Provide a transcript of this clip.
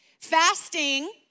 fasting